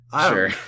sure